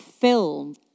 film